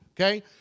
okay